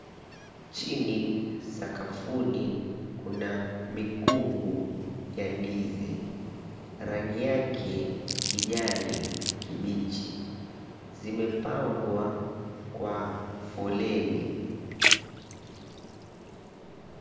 Chini sakafuni kuna mikungu ya ndizi rangi yake kijani kibichi. Zimepangwa kwa foleni.